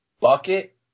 bucket